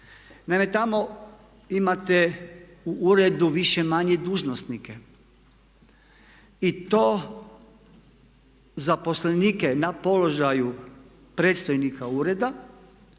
tamo imate u uredu više-manje dužnosnike. I to zaposlenike na položaju predstojnika ureda,